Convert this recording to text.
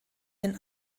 den